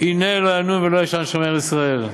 הנה לא ינום ולא יישן שמר ישראל.